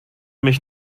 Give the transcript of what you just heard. mich